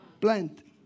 plant